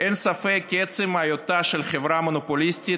אין ספק כי עצם היותה של חברה מונופוליסטית,